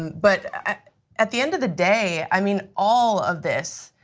but at the end of the day, i mean, all of this,